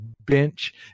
bench